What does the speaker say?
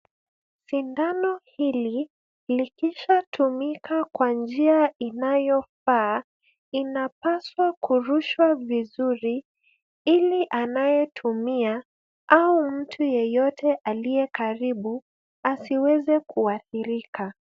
Sindano hili likishatumika kwa njia inayofaa, inapaswa kurushwa vizuri ili anayetumia au mtu yeyote aliyekaribu asiweze kuathirika.